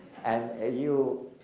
and ah you,